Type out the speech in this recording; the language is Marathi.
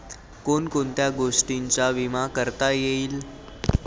कोण कोणत्या गोष्टींचा विमा करता येईल?